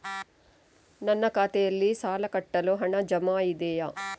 ನನ್ನ ಖಾತೆಯಲ್ಲಿ ಸಾಲ ಕಟ್ಟಲು ಹಣ ಜಮಾ ಇದೆಯೇ?